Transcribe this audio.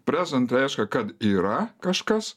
prezent reiškia kad yra kažkas